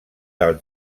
del